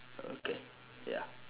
okay ya